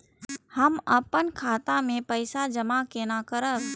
हम अपन खाता मे पैसा जमा केना करब?